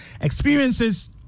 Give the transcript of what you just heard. experiences